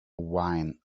wine